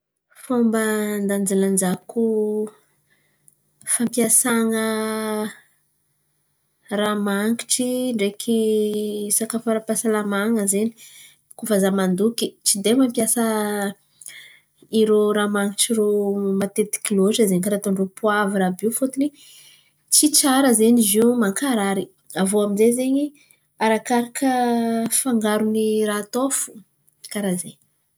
Fômba andanjalanjako fampiasan̈a raha mangitry ndraiky sakafo ara-pahasalaman̈a zen̈y kôa fa zah mandoky? Tsy dia, mampiasa irô raha man̈itry matetiky loatra zen̈y karà ataon̈'drô poavra àby io fôton̈y tsy tsara zen̈y izy io, mankarary avô amin'jay zen̈y arakaraka fangaron̈y raha atao fo, karà zen̈y.